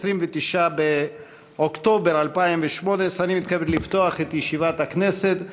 29 באוקטובר 2018. אני מתכבד לפתוח את ישיבת הכנסת.